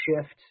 shift